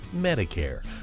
Medicare